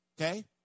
Okay